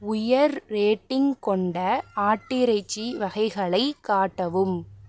உயர் ரேட்டிங் கொண்ட ஆட்டிறைச்சி வகைகளை காட்டவும்